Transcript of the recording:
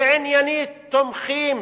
שעניינית תומכים